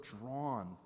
drawn